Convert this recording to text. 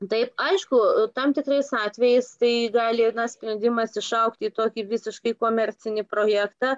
taip aišku tam tikrais atvejais tai gali ir sprendimas išaugti į tokį visiškai komercinį projektą